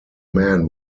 men